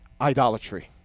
Idolatry